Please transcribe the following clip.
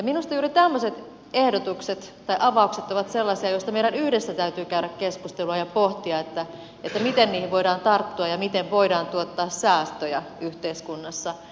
minusta juuri tämmöiset ehdotukset tai avaukset ovat sellaisia joista meidän yhdessä täytyy käydä keskustelua ja pohtia miten niihin voidaan tarttua ja miten voidaan tuottaa säästöjä yhteiskunnassa